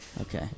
Okay